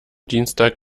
dienstag